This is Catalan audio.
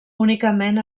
únicament